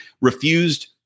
refused